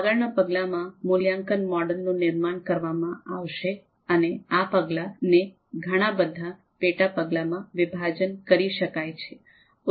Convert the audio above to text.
આગળ ના પગલામાં મૂલ્યાંકન મોડેલનું નિર્માણ કરવામાં આવ શે અને આ પગલા ને ઘણા બદ્ધ પેટા પગલામાં વિભાજન કરી શકાય છે